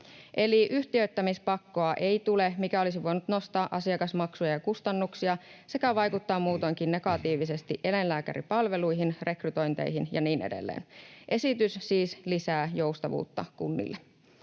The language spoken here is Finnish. Eli yhtiöittämispakkoa ei tule, mikä olisi voinut nostaa asiakasmaksuja ja kustannuksia sekä vaikuttaa muutoinkin negatiivisesti eläinlääkäripalveluihin, rekrytointeihin ja niin edelleen. Esitys siis lisää joustavuutta kunnille.